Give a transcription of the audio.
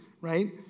right